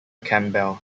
campbell